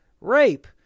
rape